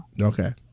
Okay